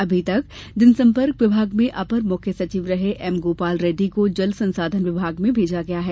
अभी तक जनसंपर्क विभाग में अपर मुख्य सचिव रहे एम गोपाल रेड्डी को जल संसाधन विभाग में भेजा गया है